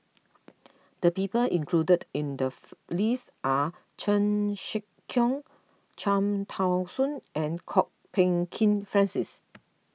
the people included in the list are Chan Sek Keong Cham Tao Soon and Kwok Peng Kin Francis